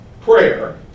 prayer